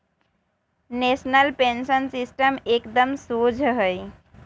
national Pension System एकदम शोझ हइ